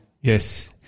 Yes